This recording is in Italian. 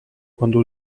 quando